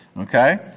okay